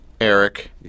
Eric